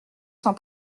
sans